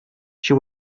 she